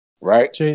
Right